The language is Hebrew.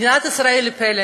מדינת ישראל היא פלא,